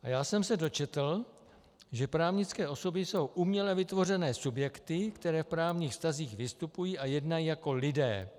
Dočetl jsem se, že právnické osoby jsou uměle vytvořené subjekty, které v právních vztazích vystupují a jednají jako lidé.